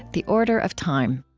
the order of time